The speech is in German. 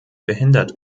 behindert